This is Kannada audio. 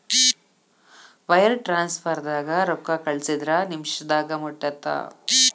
ವೈರ್ ಟ್ರಾನ್ಸ್ಫರ್ದಾಗ ರೊಕ್ಕಾ ಕಳಸಿದ್ರ ನಿಮಿಷದಾಗ ಮುಟ್ಟತ್ತ